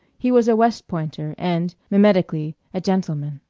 he was a west pointer, and, mimetically, a gentleman.